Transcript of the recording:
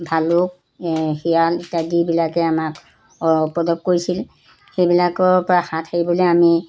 ভালুক শিয়াল ইত্যাদিবিলাকে আমাক উপদ্ৰৱ কৰিছিল সেইবিলাকৰ পৰা হাত সাৰিবলৈ আমি